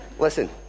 Listen